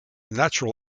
natural